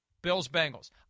Bills-Bengals